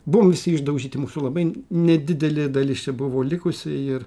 buvom visi išdaužyti mūsų labai nedidelė dalis čia buvo likusi ir